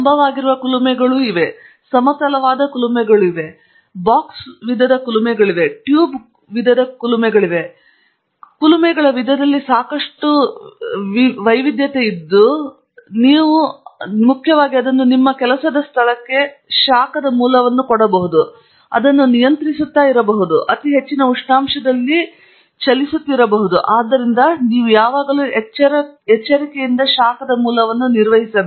ಲಂಬವಾಗಿರುವ ಕುಲುಮೆಗಳೂ ಸಹ ಇವೆ ಸಮತಲವಾದ ಕುಲುಮೆಗಳು ಇವೆ ಬಾಕ್ಸ್ ವಿಧದ ಕುಲುಮೆಗಳಿವೆ ಟ್ಯೂಬ್ ಕೌಟುಂಬಿಕತೆ ಕುಲುಮೆಗಳಿವೆ ನೀವು ಹೊಂದಿರುವ ಕುಲುಮೆಗಳ ವಿಧದಲ್ಲಿ ಸಾಕಷ್ಟು ವಿಭಿನ್ನವಾದದ್ದು ಆದರೆ ಮುಖ್ಯವಾಗಿ ಅವರು ನಿಮ್ಮ ಕೆಲಸದ ಸ್ಥಳಕ್ಕೆ ಶಾಖದ ಮೂಲವನ್ನು ತರಬಹುದು ಅದು ನಿಯಂತ್ರಿಸಬಹುದು ಅದು ಅತಿ ಹೆಚ್ಚಿನ ಉಷ್ಣಾಂಶದಲ್ಲಿ ಚಲಿಸುತ್ತದೆ ಮತ್ತು ಆದ್ದರಿಂದ ನೀವು ಯಾವಾಗ ಎಚ್ಚರವಹಿಸಬೇಕು ಶಾಖದ ಮೂಲವನ್ನು ನಿರ್ವಹಿಸಿ